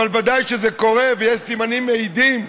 אבל בוודאי כשזה קורה ויש סימנים מעידים,